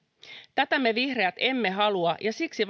tätä me vihreät emme halua ja siksi